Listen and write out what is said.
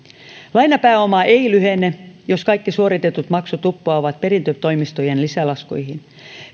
lainapääoma ei lyhene jos kaikki suoritetut maksut uppoavat perintätoimistojen lisälaskuihin